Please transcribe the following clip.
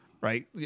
Right